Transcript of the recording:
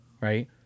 right